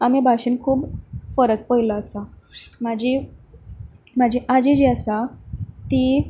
आमी भाशेन खूब फरक पयल्लो आसा म्हजी म्हजी आजी जी आसा ती